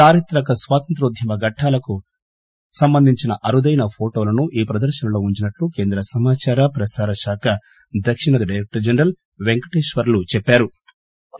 చారిత్రక స్వాతంత్యో ద్యమ ఘట్లాలకు సంబంధించిన అరుదైన ఫోటోలను ఈ ప్రదర్రనలో ఉంచినట్లు కేంద్ర సమాచార ప్రసార శాఖ దక్షిణాది డైరెక్టర్ జనరల్ పెంకటేశ్వర్లు చెప్పారు